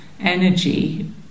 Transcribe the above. energy